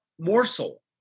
morsel